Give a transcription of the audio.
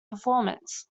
performance